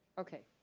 okay.